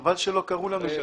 חבל שלא קראו לנו לפני שנתיים.